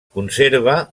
conserva